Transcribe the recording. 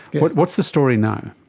but what's the story now?